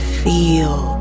feel